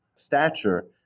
stature